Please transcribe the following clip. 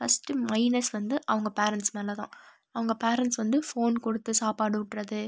first minus வந்து அவங்க parents மேலே தான் அவங்க பேரெண்ட்ஸ் வந்து ஃபோன் கொடுத்து சாப்பாடு ஊட்டுறது